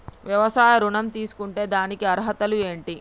వ్యవసాయ ఋణం తీసుకుంటే దానికి అర్హతలు ఏంటి?